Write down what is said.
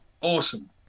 Awesome